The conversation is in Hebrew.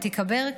ותיקבר,